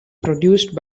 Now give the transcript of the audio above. produced